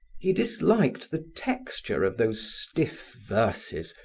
he disliked the texture of those stiff verses,